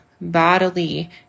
bodily